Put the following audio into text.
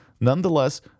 nonetheless